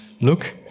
look